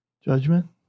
Judgment